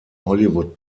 hollywood